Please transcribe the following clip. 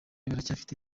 baracyafite